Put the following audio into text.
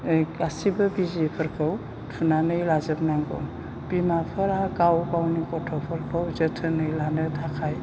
गासैबो बिजिफोरखौ थुनानै लाजोबनांगौ बिमाफोरा गाव गावनि गथ'फोरखौ जोथोनै लानो थाखाय